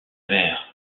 mer